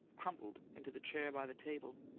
crumpled, into the chair by the table,